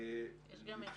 מה הבעיות הכלליות שעומדות